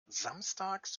samstags